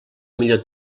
millor